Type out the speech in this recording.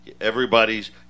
everybody's